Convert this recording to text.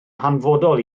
hanfodol